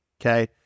okay